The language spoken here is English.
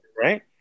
right